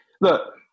look